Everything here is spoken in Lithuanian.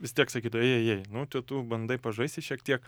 vis tiek sakytų ėj ėj ėj nu čia tu bandai pažaisti šiek tiek